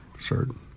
Certain